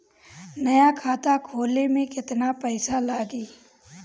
नया खाता खोले मे केतना पईसा लागि?